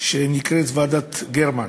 שנקראת ועדת גרמן,